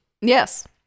Yes